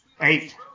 Eight